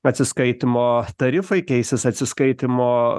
atsiskaitymo tarifai keisis atsiskaitymo